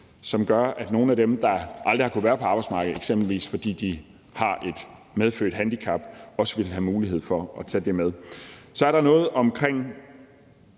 som gør, at nogle af dem, der aldrig har kunnet være på arbejdsmarkedet, eksempelvis fordi de har et medfødt handicap, også vil have mulighed for at tage det med. Så er der noget omkring